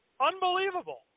Unbelievable